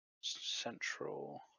Central